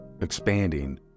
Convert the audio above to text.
expanding